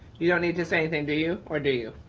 you don't need to say anything to you or do you.